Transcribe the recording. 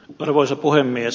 arvoisa puhemies